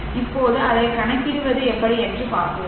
இப்போது அதைக் கணக்கிடுவது எப்படி என்று பார்ப்போம்